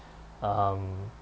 um